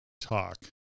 talk